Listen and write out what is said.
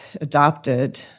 adopted